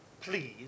please